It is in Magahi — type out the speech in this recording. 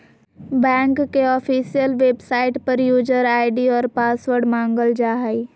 बैंक के ऑफिशियल वेबसाइट पर यूजर आय.डी और पासवर्ड मांगल जा हइ